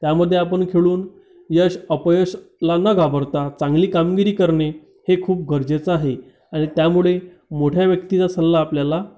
त्यामधे आपण खेळून यश अपयशाला न घाबरता चांगली कामगिरी करणे हे खूप गरजेचं आहे आणि त्यामुळे मोठ्या व्यक्तीचा सल्ला आपल्याला